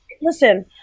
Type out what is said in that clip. Listen